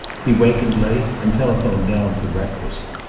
he wakened late, and telephoned down for breakfast.